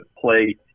play